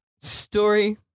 Story